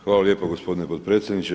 Hvala lijepa gospodine potpredsjedniče.